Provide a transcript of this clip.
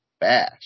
Bash